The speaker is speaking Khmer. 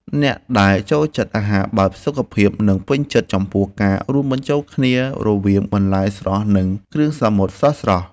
អ្នកដែលចូលចិត្តអាហារបែបសុខភាពនឹងពេញចិត្តចំពោះការរួមបញ្ចូលគ្នារវាងបន្លែស្រស់និងគ្រឿងសមុទ្រស្រស់ៗ។